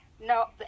no